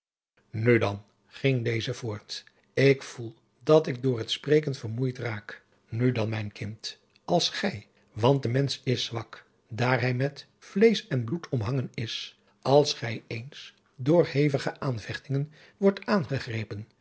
nu dan ging deze voort ik voel dat ik door het spreken vermoeid raak nu dan mijn kind als gij want de mensch is zwak daar hij met vleesch en bloed omhangen is als gij eens door hevige aanvechtingen wordt aangegrepen